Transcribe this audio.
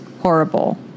horrible